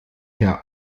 herr